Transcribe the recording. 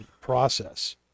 process